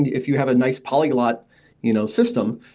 if you have a nice polyglot you know system,